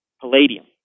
Palladium